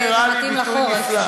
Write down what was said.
זה מתאים לחורף.